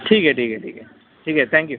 ठीक आहे ठीक आहे ठीक आहे ठीक आहे थँक्यू